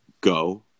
go